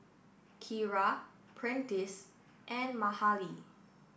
Kyra Prentice and Mahalie